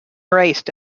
raced